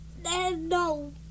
No